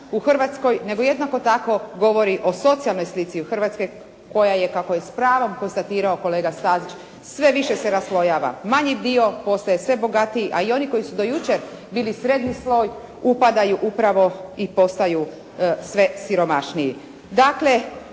u Hrvatskoj, nego jednako tako govori o socijalnoj slici u Hrvatskoj koja je, kako je s pravom konstatirao kolega Stazić sve više se raslojava. Manji dio postaje sve bogatiji, a i oni koji su do jučer bili srednji sloj, upadaju upravo u postaju sve siromašniji.